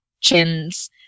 chins